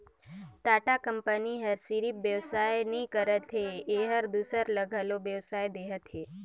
Tata company ह सिरिफ बेवसाय नी करत हे एहर दूसर ल घलो बेवसाय देहत हे